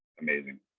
amazing